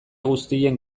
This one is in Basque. guztien